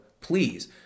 please